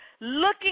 Looking